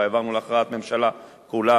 אלא העברנו להכרעת ממשלה כולה,